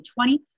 2020